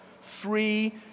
free